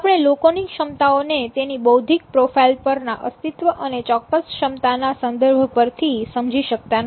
આપણે લોકોની ક્ષમતાઓને તેની બૌદ્ધિક પ્રોફાઈલ પરના અસ્તિત્વ અને ચોક્કસ ક્ષમતા ના સંદર્ભ પરથી સમજી શકતા નથી